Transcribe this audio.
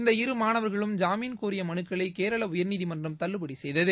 இந்த இரு மாணவர்களும் ஜாமீன் கோரிய மனுக்களை கேரள உயர்நீதிமன்றம் தள்ளுபடி செய்தது